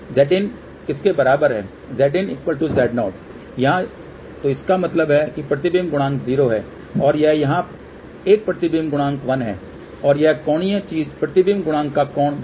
Zin Z0 यहाँ तो इसका मतलब है प्रतिबिंब गुणांक 0 है और यह यहाँ एक प्रतिबिंब गुणांक 1 है और यह कोणीय चीज प्रतिबिंब गुणांक का कोण देगा